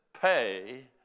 pay